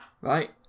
right